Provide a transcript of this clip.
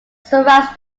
surrounds